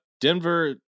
Denver